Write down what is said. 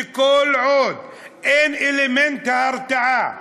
וכל עוד אין אלמנט ההרתעה,